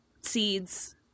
seeds